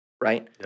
right